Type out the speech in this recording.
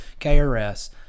KRS